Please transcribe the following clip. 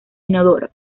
inodoro